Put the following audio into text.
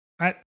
right